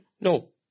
No